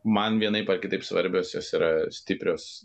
man vienaip ar kitaip svarbios jos yra stiprios